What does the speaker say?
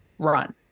run